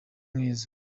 umwiza